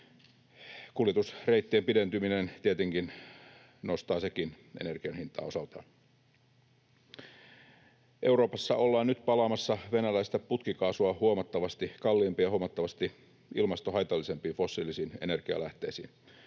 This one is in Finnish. Kuljetusreittien pidentyminen tietenkin nostaa sekin energian hintaa osaltaan. Euroopassa ollaan nyt palaamassa venäläistä putkikaasua huomattavasti kalliimpiin ja huomattavasti ilmastohaitallisempiin fossiilisiin energialähteisiin: